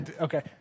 okay